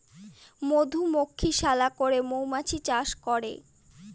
মধুমক্ষিশালা করে মৌমাছি চাষ করে